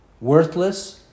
worthless